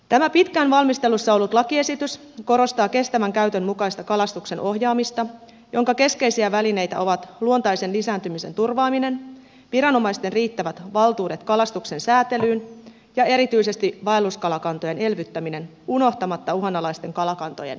tämä pitkään valmistelussa ollut lakiesitys korostaa kestävän käytön mukaista kalastuksen ohjaamista jonka keskeisiä välineitä ovat luontaisen lisääntymisen turvaaminen viranomaisten riittävät valtuudet kalastuksen säätelyyn ja erityisesti vaelluskalakantojen elvyttäminen unohtamatta uhanalaisten kalakantojen suojelua